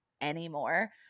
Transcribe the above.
anymore